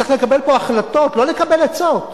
צריך לקבל פה החלטות, לא לקבל עצות.